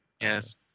yes